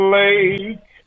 lake